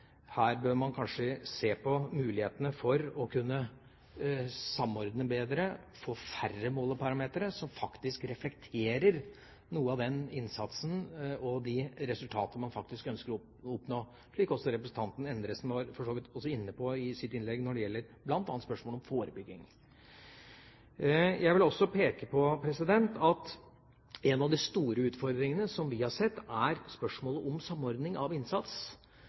her bør man kanskje se på mulighetene for å kunne samordne bedre, få færre måleparametere, som faktisk reflekterer noe av den innsatsen og de resultatene man ønsker å oppnå, slik også representanten Kinden Endresen for så vidt også var inne på i sitt innlegg, når det gjelder bl.a. spørsmålet om forebygging. Jeg vil også peke på at en av de store utfordringene som vi har sett, er spørsmålet om samordning av innsats.